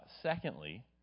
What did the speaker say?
Secondly